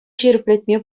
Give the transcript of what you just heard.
ҫирӗплетме